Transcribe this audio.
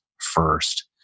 first